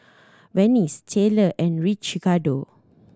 Vance Taylor and